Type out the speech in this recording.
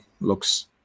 looks